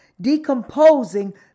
decomposing